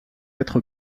être